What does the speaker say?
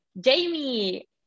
Jamie